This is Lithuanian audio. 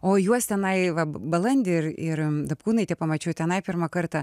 o juos tenai balandį ir ir dapkūnaitė pamačiau tenai pirmą kartą